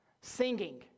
singing